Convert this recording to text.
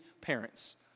parents